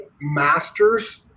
masters